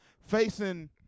Facing